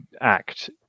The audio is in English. act